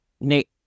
Nick